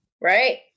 right